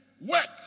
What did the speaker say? work